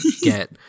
get